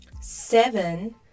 seven